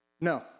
No